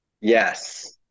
Yes